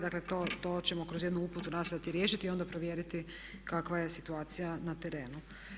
Dakle, to ćemo kroz jednu uputu nastojati riješiti i onda provjeriti kakva je situacija na terenu.